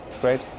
great